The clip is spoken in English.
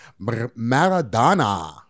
Maradona